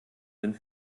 sind